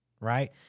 Right